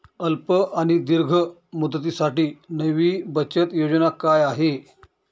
अल्प आणि दीर्घ मुदतीसाठी नवी बचत योजना काय आहे?